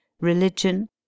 religion